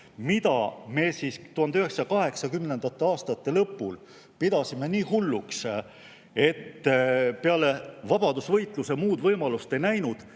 mida me 1980. aastate lõpul pidasime nii hulluks, et peale vabadusvõitluse muud võimalust ei näinud,